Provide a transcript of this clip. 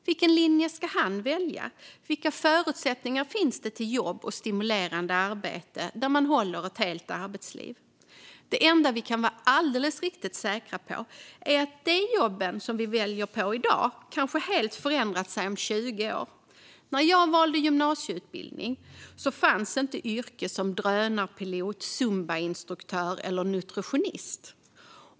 Vilken linje ska han välja, och vilka förutsättningar finns det för jobb och stimulerande arbete där man håller ett helt arbetsliv? Det enda vi kan vara riktigt säkra på är att de jobb vi väljer mellan i dag kanske helt har förändrats om 20 år. När jag valde gymnasieutbildning fanns inte yrken som drönarpilot, zumbainstruktör eller nutritionist.